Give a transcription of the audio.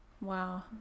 wow